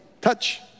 touch